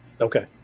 Okay